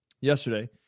yesterday